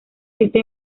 este